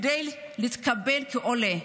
כדי להתקבל כעולה.